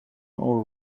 ore